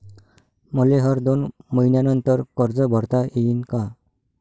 मले हर दोन मयीन्यानंतर कर्ज भरता येईन का?